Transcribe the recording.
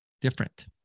different